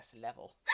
level